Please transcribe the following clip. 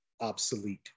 obsolete